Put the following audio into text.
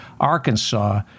Arkansas